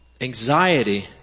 anxiety